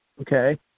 okay